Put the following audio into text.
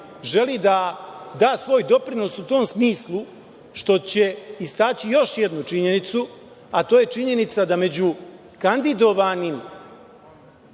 želi da da svoj doprinos u tom smislu što će istaći još jednu činjenicu, a to je činjenica da među kandidovanim